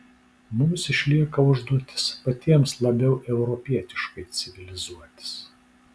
mums išlieka užduotis patiems labiau europietiškai civilizuotis